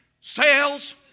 sales